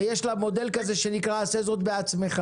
ויש לה מודל כזה שנקרא "עשה זאת בעצמך".